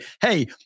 Hey